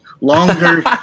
longer